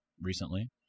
recently